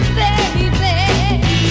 baby